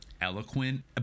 eloquent